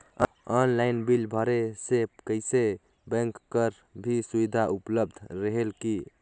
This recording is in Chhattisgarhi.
ऑनलाइन बिल भरे से कइसे बैंक कर भी सुविधा उपलब्ध रेहेल की?